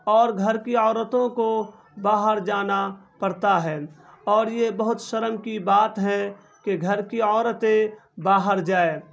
اور گھر کی عورتوں کو باہر جانا پڑتا ہے اور یہ بہت شرم کی بات ہے کہ گھر کی عورتیں باہر جائے